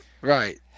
Right